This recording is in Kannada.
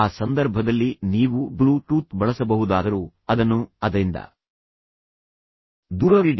ಆ ಸಂದರ್ಭದಲ್ಲಿ ನೀವು ಬ್ಲೂ ಟೂತ್ ಬಳಸಬಹುದಾದರೂ ಅದನ್ನು ಅದರಿಂದ ದೂರವಿಡಿ